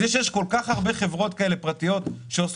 זה שיש כל כך הרבה חברות כאלה פרטיות שעושות